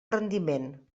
rendiment